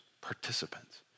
participants